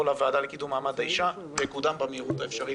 לוועדה לקידום מעמד האישה ויקודם במהירות האפשרית.